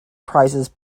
prizes